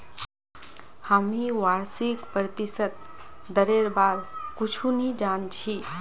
हामी वार्षिक प्रतिशत दरेर बार कुछु नी जान छि